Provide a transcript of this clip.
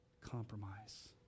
compromise